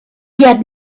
had